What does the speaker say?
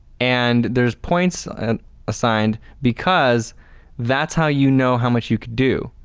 and there's points and assigned because that's how you know how much you could do.